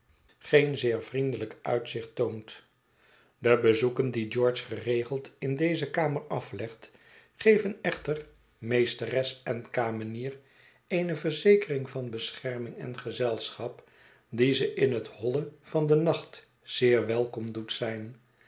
geen zeer vriendelijk gezicht toont de bezoeken die george geregeld in deze kamer aflegt geven echter meesteres en kamenier eene verzekering van bescherming en gezelschap die ze in het holle van den nacht zeer welkom doet zijn